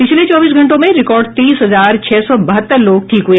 पिछले चौबीस घंटों में रिकार्ड तेईस हजार छह सौ बहत्तर लोग ठीक हुए